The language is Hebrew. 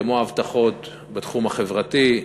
כמו הבטחות בתחום החברתי,